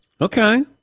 Okay